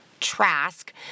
Trask